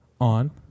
on